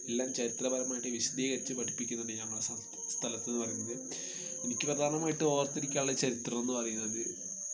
എല്ലാം ചരിത്രപരമായിട്ട് വിശദീകരിച്ച് പഠിപ്പിക്കുന്നുണ്ട് ഞമ്മളുടെ സ്ഥല സ്ഥലത്ത് എന്ന് പറയുമ്പോൾ എനിക്ക് പ്രധാനമായിട്ടും ഓർത്തിരിക്കാൻ ഉള്ള ചരിത്രം എന്ന് പറയുന്നത്